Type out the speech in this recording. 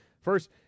First